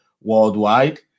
worldwide